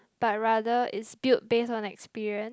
but rather is built based on experience